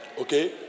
Okay